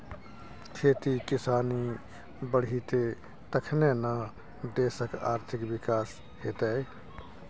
खेती किसानी बढ़ितै तखने न देशक आर्थिक विकास हेतेय